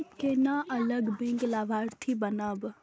हम केना अलग बैंक लाभार्थी बनब?